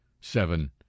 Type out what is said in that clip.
seven